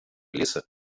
леса